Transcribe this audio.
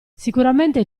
sicuramente